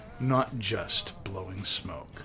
notjustblowingsmoke